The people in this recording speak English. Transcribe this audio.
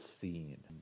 scene